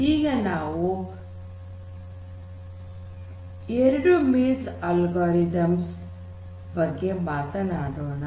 ಈಗ ನಾವು ೨ means algorithms ಬಗ್ಗೆ ಮಾತನಾಡೋಣ